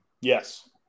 Yes